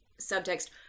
subtext